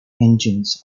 engines